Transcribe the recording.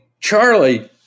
Charlie